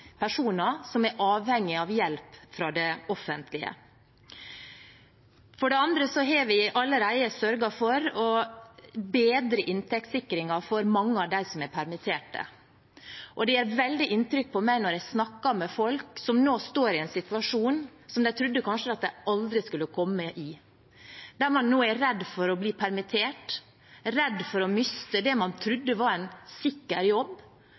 personer som er avhengige av hjelp fra det offentlige. Vi har allerede sørget for å bedre inntektssikringen for mange av dem som er permittert. Det gjør et veldig inntrykk på meg når jeg snakker med folk som nå står i en situasjon som de kanskje trodde de aldri skulle komme i, der de nå er redde for å bli permittert, redde for å miste det de trodde var en sikker jobb,